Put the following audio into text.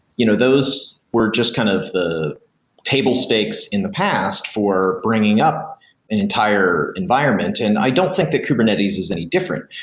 you know those were just kind of table stakes in the past for bringing up an entire environment, and i don't think that kubernetes is any different.